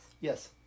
Yes